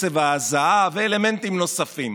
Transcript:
קצב ההזעה ואלמנטים נוספים.